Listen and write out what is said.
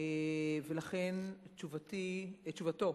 לכן, זו תשובתו,